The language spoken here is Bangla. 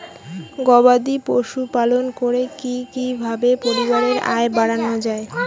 গবাদি পশু পালন করে কি কিভাবে পরিবারের আয় বাড়ানো যায়?